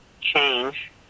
change